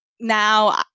Now